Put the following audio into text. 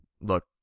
look